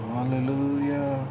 Hallelujah